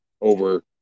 over